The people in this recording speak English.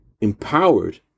empowered